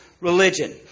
religion